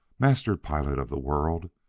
master pilot of the world,